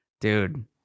dude